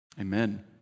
amen